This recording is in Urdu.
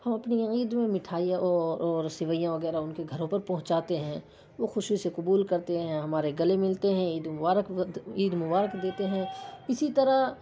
ہم اپنی عید میں مٹھائیاں اور اور سوئیاں وغیرہ ان کے گھروں پہ پہنچاتے ہیں وہ خوشی سے قبول کرتے ہیں ہمارے گلے ملتے ہیں عید مبارک عید مبارک دیتے ہیں اسی طرح